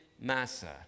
Massa